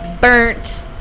burnt